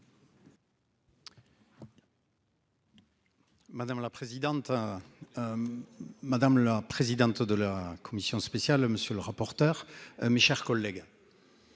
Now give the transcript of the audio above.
Madame la présidente de la commission spéciale. Monsieur le rapporteur. Mes chers collègues.